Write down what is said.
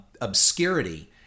obscurity